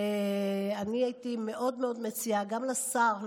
אני הייתי מאוד מאוד מציעה גם לשר,